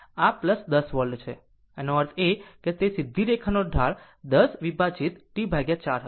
આમ અને તેનો અર્થ એ કે સીધી રેખાની ઢાળ 10 વિભાજિત T 4 હશે